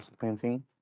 painting